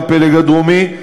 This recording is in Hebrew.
לפלג הדרומי,